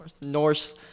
Norse